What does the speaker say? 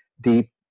deep